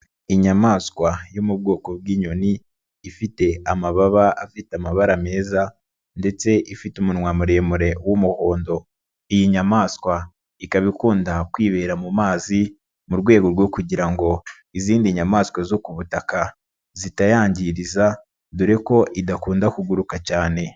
Inyamaswa yo mu bwoko bw'inyoni ifite amababa afite amabara meza ,ndetse ifite umunwa muremure w'umuhondo iyi nyamaswa ikaba ikunda kwibera mu mazi, mu rwego rwo kugira ngo izindi nyamaswa zo ku butaka zitayangiriza dore ko idakunda kuguruka cyane.